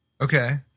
Okay